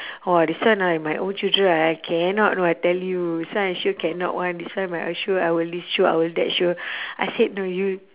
!wah! this one ah if my own children ah I cannot [one] I tell you this one I sure cannot [one] this one like I sure I will list~ sure I will that sure I said no you